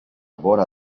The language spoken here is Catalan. vora